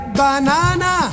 banana